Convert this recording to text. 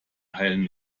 heilen